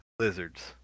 Lizards